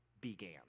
began